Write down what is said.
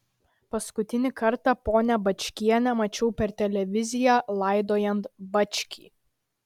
paskutinį kartą ponią bačkienę mačiau per televiziją laidojant bačkį